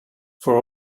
for